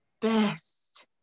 best